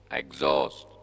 exhaust